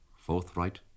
forthright